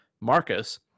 Marcus